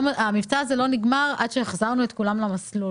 שהמבצע הזה לא נגמר עד שנחזיר את כולם למסלול.